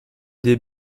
des